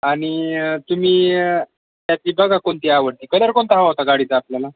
आणि तुम्ही त्यातली बघा कोणती आवडते कलर कोणता हवा होता गाडीचा आपल्याला